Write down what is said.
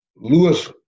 Lewis